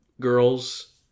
Girls